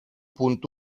punt